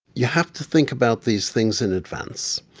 you have to think about these things in advance.